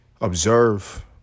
observe